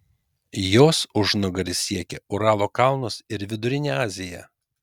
jos užnugaris siekia uralo kalnus ir vidurinę aziją